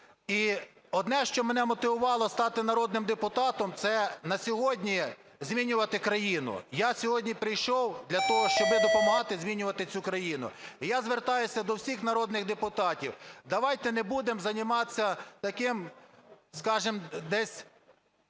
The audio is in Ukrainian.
І одне, що мене мотивувало стати народним депутатом, це на сьогодні змінювати країну. Я сьогодні прийшов для того, щоб допомагати змінювати цю країну. І я звертаюсь до всіх народних депутатів, давайте не будемо займатися таким, скажемо, десь